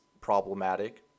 problematic